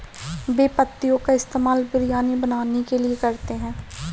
बे पत्तियों का इस्तेमाल बिरयानी बनाने के लिए करते हैं